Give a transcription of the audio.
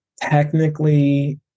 Technically